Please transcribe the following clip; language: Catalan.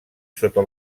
sota